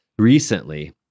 Recently